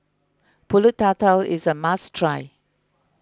Pulut Tatal is a must try